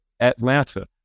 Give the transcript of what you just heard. Atlanta